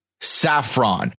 Saffron